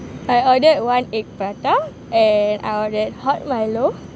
I ordered one egg prata and I ordered hot milo